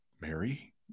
Mary